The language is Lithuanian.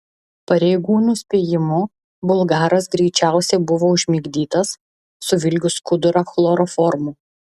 pareigūnų spėjimu bulgaras greičiausiai buvo užmigdytas suvilgius skudurą chloroformu